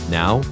now